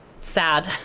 sad